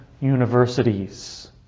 universities